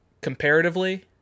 comparatively